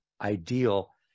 ideal